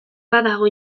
badago